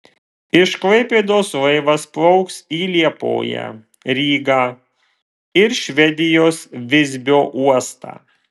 iš klaipėdos laivas plauks į liepoją rygą ir švedijos visbio uostą